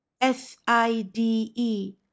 S-I-D-E